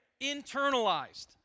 internalized